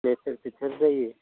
लेथेर फेथेर जायो